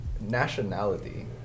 Nationality